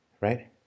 right